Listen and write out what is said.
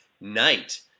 night